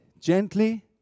gently